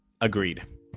Agreed